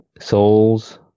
Souls